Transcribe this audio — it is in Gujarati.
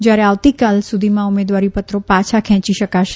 જયારે આવતીકાલ સુધીમાં ઉમેદવારીપત્રો પાછા ખેંચી શકાશે